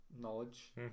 knowledge